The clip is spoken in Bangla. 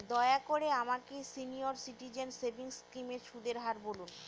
দয়া করে আমাকে সিনিয়র সিটিজেন সেভিংস স্কিমের সুদের হার বলুন